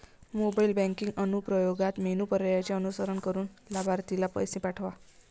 mobile banking अनुप्रयोगात menu पर्यायांचे अनुसरण करून लाभार्थीला पैसे पाठवा